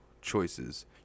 choices